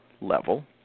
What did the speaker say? level